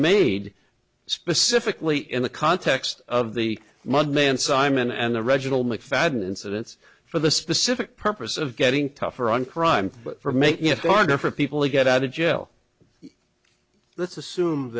made specifically in the context of the mud man simon and the reginald mcfadden incidents for the specific purpose of getting tougher on crime for making it harder for people to get out of jail let's assume